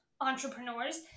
entrepreneurs